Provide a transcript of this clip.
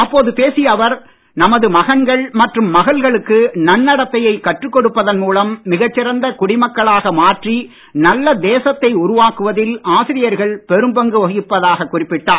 அப்போது பேசிய அவர் நமது மகன்கள் மற்றும் மகள்களுக்கு நன்னடத்தையை கற்று கொடுப்பதன் மூலம் மிகச் சிறந்த குடிமக்களாக மாற்றி நல்ல தேசத்தை உருவாக்குவதில் ஆசிரியர்கள் பெரும் பங்கு வகிப்பதாக குறிப்பிட்டார்